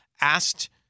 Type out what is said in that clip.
asked